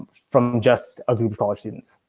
from just a group of college students.